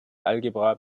algebra